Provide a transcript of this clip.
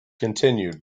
continued